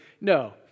no